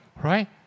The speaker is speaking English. right